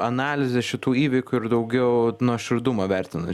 analizės šitų įvykių ir daugiau nuoširdumo vertinant